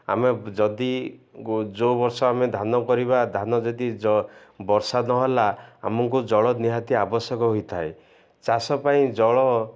ଆମେ ଯଦି ଯୋଉ ବର୍ଷ ଆମେ ଧାନ କରିବା ଧାନ ଯଦି ବର୍ଷା ନହେଲା ଆମକୁ ଜଳ ନିହାତି ଆବଶ୍ୟକ ହୋଇଥାଏ ଚାଷ ପାଇଁ ଜଳ